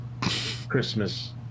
Christmas